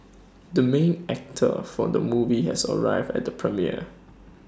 the main actor for the movie has arrived at the premiere